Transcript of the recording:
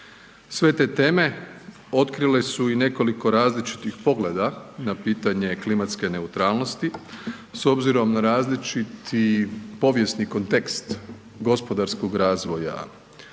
Sve te teme otkrile su i nekoliko različitih pogleda na pitanje klimatske neutralnosti s obzirom na različiti povijesni kontekst gospodarskog razvoja,